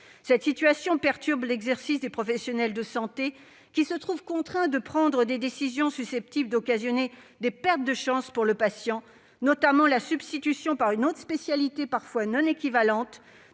Cette situation perturbe l'exercice des professionnels de santé, qui se trouvent contraints de prendre des décisions susceptibles de causer des pertes de chances pour le patient, notamment la substitution par une autre spécialité, qui parfois n'est pas équivalente